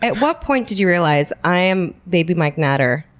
but what point did you realize, i'm baby mike natter,